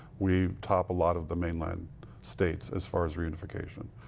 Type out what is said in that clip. we top a lot of the mainland states as far as reunification.